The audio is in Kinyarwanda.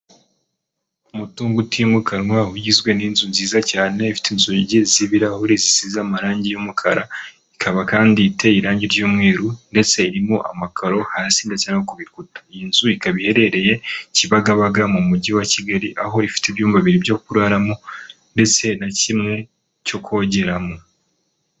Umutungo utimukanwa uba ugizwe n'inzu nziza cyane ifite inzugi z'ibirahurire zisize amarangi y'umukara ikaba kandi iteye irangi ry'umweru ndetse irimo amakaro hasi ndetse iyo nzu ikaba iherereye kibagabaga mu mujyi wa kigali aho ifite ibyumba bibiri byo kuraramo ndetse na kimwe cyo kogeramo.